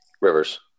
Rivers